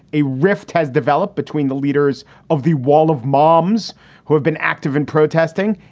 a rift has developed between the leaders of the wall of moms who have been active in protesting,